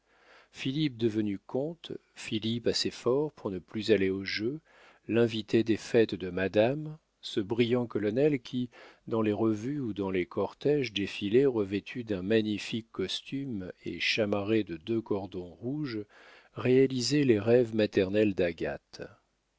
devenu comte philippe assez fort pour ne plus aller au jeu l'invité des fêtes de madame ce brillant colonel qui dans les revues ou dans les cortéges défilait revêtu d'un magnifique costume et chamarré de deux cordons rouges réalisait les rêves maternels d'agathe